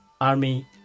Army